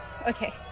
Okay